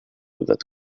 that